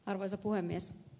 arvoisa puhemies